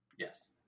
Yes